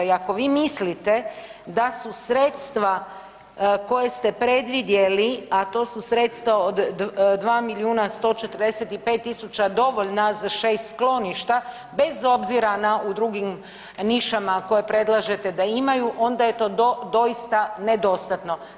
I ako vi mislite da su sredstva koje ste predvidjeli, a to su sredstva od 2 milijun 145 tisuća dovoljna za 6 skloništa bez obzira na u drugim nišama koje predlažete da imaju onda je to doista nedostatno.